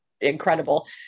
incredible